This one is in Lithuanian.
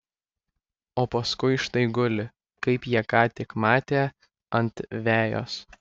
o paskui štai guli kaip jie ką tik matė ant vejos